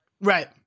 right